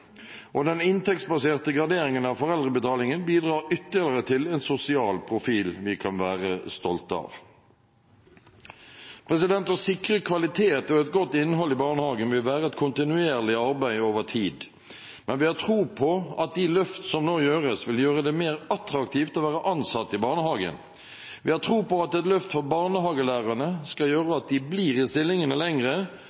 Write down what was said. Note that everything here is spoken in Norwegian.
en sosial profil vi kan være stolte av. Å sikre kvalitet og et godt innhold i barnehagen vil være et kontinuerlig arbeid over tid, men vi har tro på at de løft som nå gjøres, vil gjøre det mer attraktivt å være ansatt i barnehage. Vi har tro på at et løft for barnehagelærerne skal gjøre at de blir i stillingene